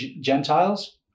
Gentiles